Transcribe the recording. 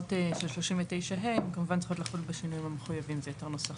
הוראות של 39 ה' שהם כמובן צריכים לחול בשינויים המחויבים בהתאם לנוסח.